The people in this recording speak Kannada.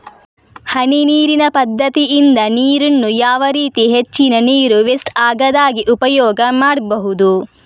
ಹನಿ ನೀರಿನ ಪದ್ಧತಿಯಿಂದ ನೀರಿನ್ನು ಯಾವ ರೀತಿ ಹೆಚ್ಚಿನ ನೀರು ವೆಸ್ಟ್ ಆಗದಾಗೆ ಉಪಯೋಗ ಮಾಡ್ಬಹುದು?